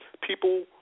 people